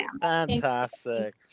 fantastic